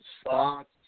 spots